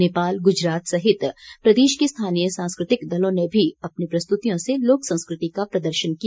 नेपाल गुजरात सहित प्रदेश के स्थानीय सांस्कृतक दलों ने भी अपनी प्रस्तुतियों से लोक संस्कृति का प्रदर्शन किया